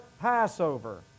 Passover